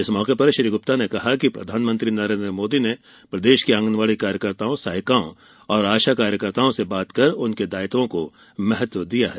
इस मौके पर श्री गुप्ता ने कहा कि प्रधानमंत्री नरेन्द्र मोदी ने प्रदेश की आँगनबाड़ी कार्यकर्ताओं सहायिकाओं और आशाओं से बात कर उनके दायित्वों को महत्व दिया है